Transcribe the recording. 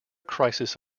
crisis